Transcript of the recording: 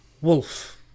wolf